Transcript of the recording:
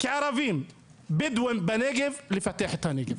כערבים בדואים בנגב לפתח את הנגב.